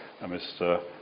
Mr